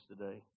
today